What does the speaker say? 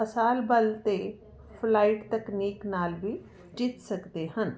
ਅਸਾਲ ਬਲ ਅਤੇ ਫਲਾਈਟ ਤਕਨੀਕ ਨਾਲ ਵੀ ਜਿੱਤ ਸਕਦੇ ਹਨ